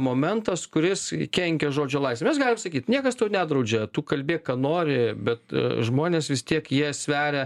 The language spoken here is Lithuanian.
momentas kuris kenkia žodžio laisvei mes galim sakyt niekas tau nedraudžia tu kalbėk ką nori bet žmonės vis tiek jie sveria